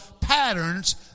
patterns